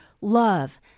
love